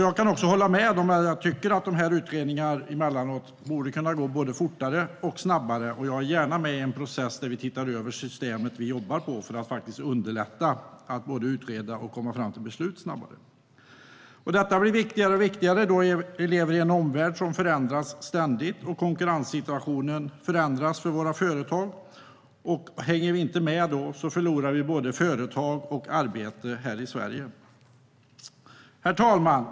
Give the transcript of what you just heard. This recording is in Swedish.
Jag kan hålla med om att utredningar emellanåt borde kunna gå snabbare. Jag är gärna med i en process där vi tittar över det sätt vi jobbar på för att underlätta utredning och för att vi ska komma fram till beslut snabbare. Detta blir viktigare och viktigare, då vi lever i en omvärld som ständigt förändras och då konkurrenssituationen förändras för våra företag. Hänger vi inte med förlorar vi både företag och arbete här i Sverige. Herr talman!